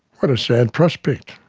what a sad prospect.